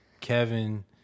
Kevin